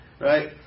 Right